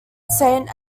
saint